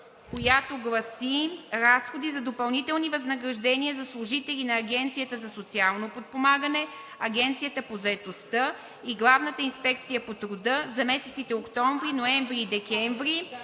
която гласи: „Разходи за допълнителни възнаграждения за служители на Агенцията за социално подпомагане, Агенцията по заетостта и „Главна инспекция по труда“ за месеците октомври, ноември и декември